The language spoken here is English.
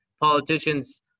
politicians